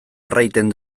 erraiten